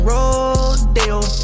Rodeo